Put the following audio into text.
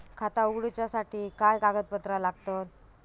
खाता उगडूच्यासाठी काय कागदपत्रा लागतत?